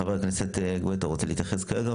חבר הכנסת גואטה, רוצה להתייחס כרגע?